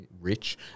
rich